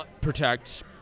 protect